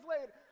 later